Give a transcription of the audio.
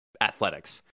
athletics